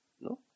No